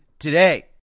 today